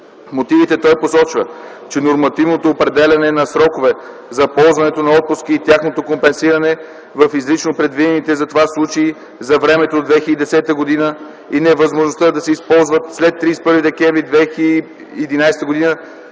мотивите той посочва, че нормативното определяне на срокове за ползването на отпуски и тяхното компенсиране в изрично предвидените за това случаи за времето до 2010 г. и невъзможността да се използват след 31 декември 2011 г.,